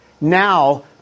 Now